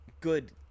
good